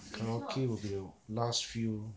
karaoke will be the last few